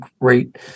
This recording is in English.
great